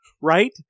right